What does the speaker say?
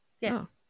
Yes